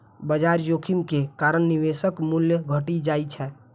बाजार जोखिम के कारण निवेशक मूल्य घटि जाइ छै